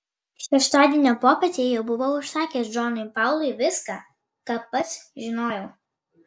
šeštadienio popietę jau buvau išsakęs džonui paului viską ką pats žinojau